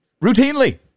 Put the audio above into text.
routinely